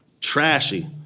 trashy